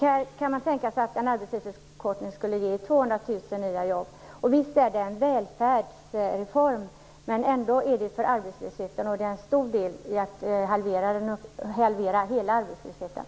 Här kan man tänka sig att en arbetstidsförkortning skulle ge Visst är detta en välfärdsreform, men det skulle också kunna vara en stor del i arbetet med att halvera hela arbetslösheten.